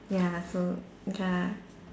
ya so ya